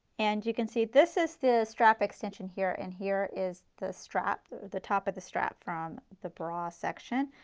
and you can see this is the strap extension here and here is the strap, the top of the strap from the bra section.